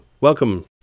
Welcome